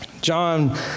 John